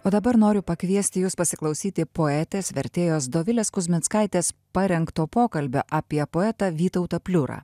o dabar noriu pakviesti jus pasiklausyti poetės vertėjos dovilės kuzminskaitės parengto pokalbio apie poetą vytautą pliurą